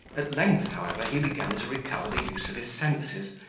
at length, however, he began to recover the use of his senses,